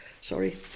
Sorry